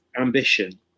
ambition